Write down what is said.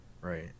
Right